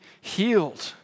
healed